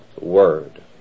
word